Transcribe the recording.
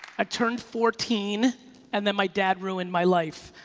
i turned fourteen and then my dad ruined my life.